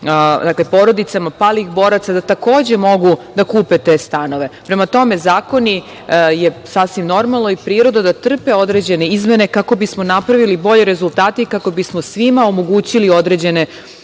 ili porodicama palih boraca da takođe mogu da kupe te stanove. Prema tome, zakoni i sasvim je normalno i prirodno da trpe određene izmene kako bismo napravili bolje rezultate i kako bismo svima omogućili određene